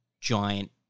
giant